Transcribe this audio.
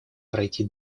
пройти